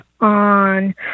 on